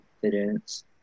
confidence